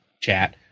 chat